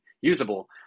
usable